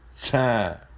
time